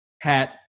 hat